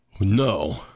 No